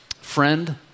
Friend